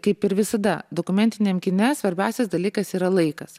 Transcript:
kaip ir visada dokumentiniam kine svarbiausias dalykas yra laikas